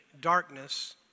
darkness